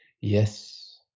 Yes